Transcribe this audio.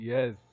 Yes